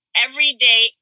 everyday